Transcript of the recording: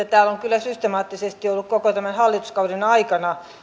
täällä on kyllä systemaattisesti ollut koko tämän hallituskauden aikana